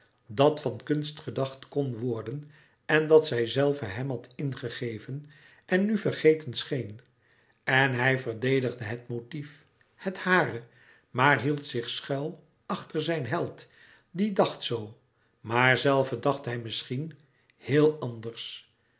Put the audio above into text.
dat van kunst gedacht kon worden en dat zijzelve hem had ingegeven en nu vergeten scheen en hij verdedigde het motief het hare maar hield zich schuil achter zijn held die dacht zoo maar zelve dacht hij misschien heel anders